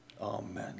Amen